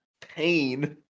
Pain